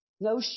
No